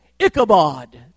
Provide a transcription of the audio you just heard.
Ichabod